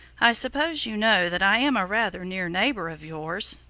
i suppose you know that i am a rather near neighbor of yours?